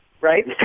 right